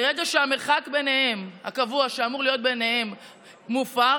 ברגע שהמרחק הקבוע שאמור להיות ביניהם מופר,